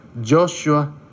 joshua